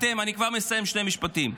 אני כבר מסיים, שני משפטים.